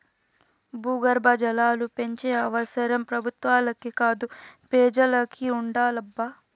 భూగర్భ జలాలు పెంచే అవసరం పెబుత్వాలకే కాదు పెజలకి ఉండాలబ్బా